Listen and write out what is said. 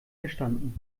verstanden